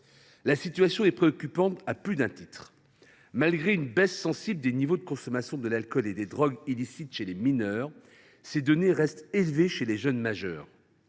La situation est préoccupante à plus d’un titre. Malgré une baisse sensible des niveaux de consommation d’alcool et de drogues illicites chez les mineurs, les données restent élevées chez les jeunes majeurs.